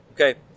Okay